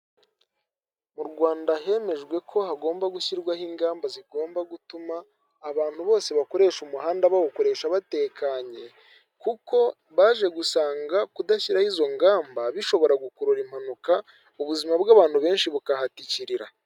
Mu Rwanda hemejwe ko hagomba gushyirwaho ingamba zigomba gutuma abantu bose bakoresha umuhanda bawukoresha batekanye, kuko baje gusanga kudashyiraho izo ngamba bishobora gukurura impanuka ubuzima bw'abantu benshi bukahatikirira.